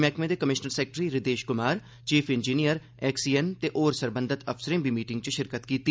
मैहकमे दे commissioner secretary Hridesh Kumar chief engineer XEN ते होर सरबंधित अफसरें बी मीटिंगै च शिरकत कीती